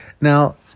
Now